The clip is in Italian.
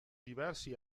diversi